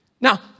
Now